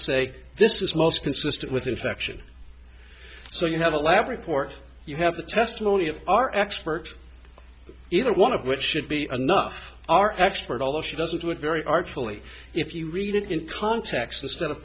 say this is most consistent with infection so you have a lab report you have the testimony of our experts either one of which should be enough our expert although she doesn't work very artfully if you read it in context instead of